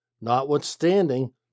notwithstanding